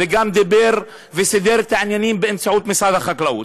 וגם דיבר וסידר את העניינים באמצעות משרד החקלאות.